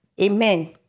Amen